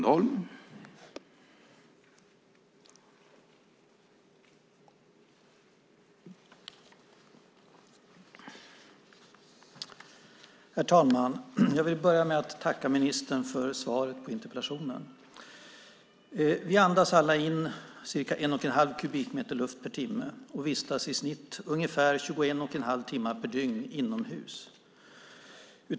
Herr talman! Jag vill börja med att tacka ministern för svaret på interpellationen. Vi andas alla in cirka en och en halv kubikmeter luft per timme och vistas i snitt ungefär 21 1⁄2 timmar per dygn inomhus.